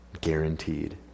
guaranteed